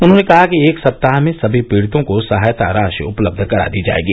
उन्होंने कहा कि एक सप्ताह मे सभी पीडि़तों को सहायता राशि उपलब्ध करा दी जायेगी